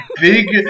big